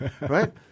right